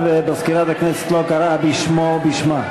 ומזכירת הכנסת לא קראה בשמו או בשמה?